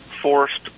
forced